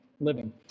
living